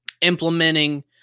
implementing